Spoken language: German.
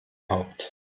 haupt